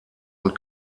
und